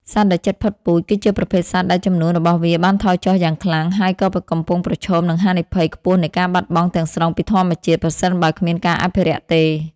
សត្វដែលជិតផុតពូជ គឺជាប្រភេទសត្វដែលចំនួនរបស់វាបានថយចុះយ៉ាងខ្លាំង ហើយកំពុងប្រឈមមុខនឹងហានិភ័យខ្ពស់នៃការបាត់បង់ទាំងស្រុងពីធម្មជាតិ ប្រសិនបើគ្មានការអភិរក្សទេ។